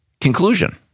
conclusion